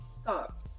stop